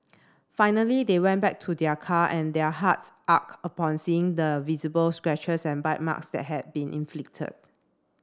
finally they went back to their car and their hearts upon seeing the visible scratches and bite marks that had been inflicted